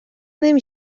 نمی